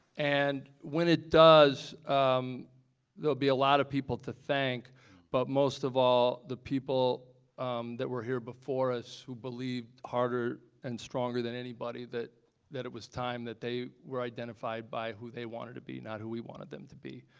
and when it does um there will be a lot of people to thank but most of all the people that were here before us who believed harder and stronger than anybody that that it was time that they were identified by who they wanted to be, not who we wanted them to be.